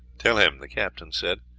tell him, the captain said,